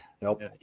Nope